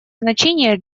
значение